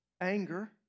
anger